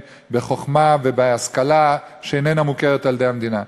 בחוכמה ובהשכלה שאיננה מוכרת על-ידי המדינה,